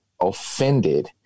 offended